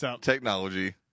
Technology